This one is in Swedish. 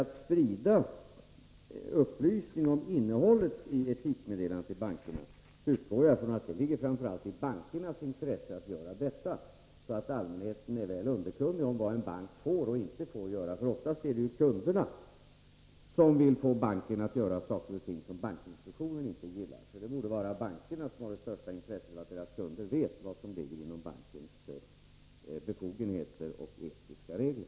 Att sprida upplysning om innehållet i etikmeddelandena till bankerna utgår jag från ligger framför allt i bankernas intresse, så att allmänheten är väl underkunnig om vad en bank får och inte får göra. Oftast är det ju kunderna som vill få en bank att göra sådant som bankinspektionen inte gillar. Det borde alltså vara bankerna som har det största intresset av att deras kunder vet vad som ligger inom ramen för bankens befogenheter och etiska regler.